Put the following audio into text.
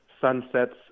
sunsets